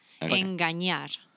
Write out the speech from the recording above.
Engañar